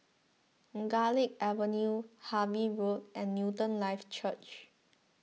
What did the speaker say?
Garlick Avenue Harvey Road and Newton Life Church